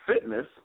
fitness